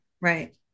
Right